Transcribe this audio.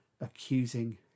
accusing